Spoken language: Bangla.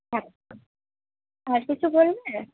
হ্যাঁ আর কিছু বলবে